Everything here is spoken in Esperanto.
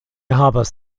havas